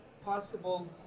possible